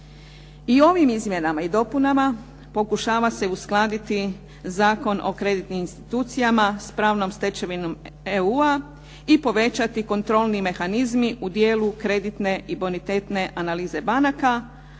I ovim izmjenama i dopunama pokušava se uskladiti Zakon o kreditnim institucijama s pravnom stečevinom EU-a i povećati kontrolni mehanizmi u dijelu kreditne i bonitetne analize banaka.